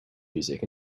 music